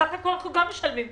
בסך הכול אנחנו גם משלמים כסף.